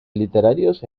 literarios